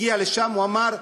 הגיע לשם ואמר: